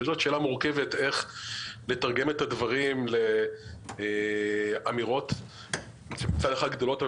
וזאת שאלה מורכבת איך לתרגם את הדברים לאמירות מצד אחד גדולות,